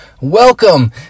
welcome